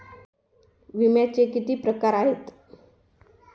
विम्याचे किती प्रकार आहेत?